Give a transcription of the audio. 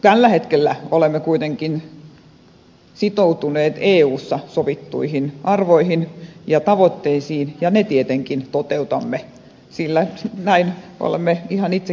tällä hetkellä olemme kuitenkin sitoutuneet eussa sovittuihin arvoihin ja tavoitteisiin ja ne tietenkin toteutamme sillä näin olemme ihan itse kirjoittaneet